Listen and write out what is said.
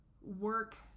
work